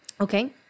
Okay